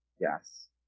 yes